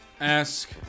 ask